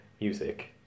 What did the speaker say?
music